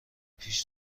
پیش